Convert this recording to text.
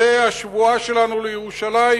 זו השבועה שלנו לירושלים.